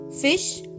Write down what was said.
fish